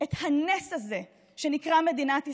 את הנס הזה שנקרא מדינת ישראל.